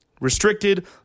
restricted